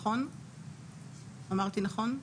אמרתי נכון?